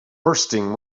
bursting